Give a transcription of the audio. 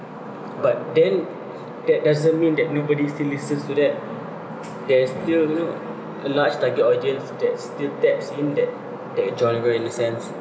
but then that doesn't mean that nobody still listens to that there's still you know a large target audience that still taps in that that enjoyment in a sense